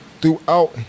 throughout